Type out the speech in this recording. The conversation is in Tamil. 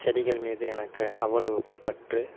செடிகள் மீது எனக்கு அவ்வளவு பற்று